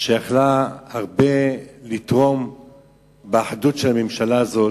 והיתה יכולה לתרום הרבה לאחדות של הממשלה הזאת.